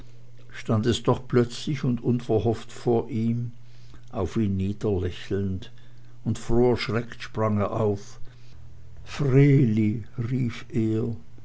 stand es doch plötzlich und unverhofft vor ihm auf ihn niederlächelnd und froh erschreckt sprang er auf vreeli rief er